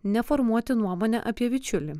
ne formuoti nuomonę apie bičiulį